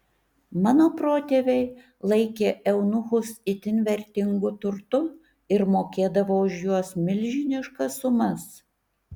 mano protėviai laikė eunuchus itin vertingu turtu ir mokėdavo už juos milžiniškas sumas